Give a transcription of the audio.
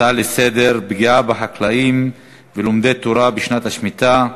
הצעות לסדר-היום בנושא: פגיעה בחקלאים ולומדי תורה בשנת השמיטה,